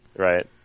Right